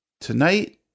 tonight